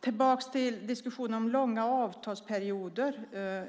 Tillbaka till diskussionen om långa avtalsperioder.